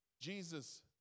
Jesus